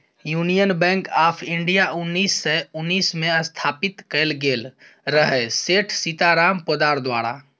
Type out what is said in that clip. union bank of India उन्नैस सय उन्नैसमे स्थापित कएल गेल रहय सेठ सीताराम पोद्दार द्वारा